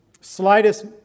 slightest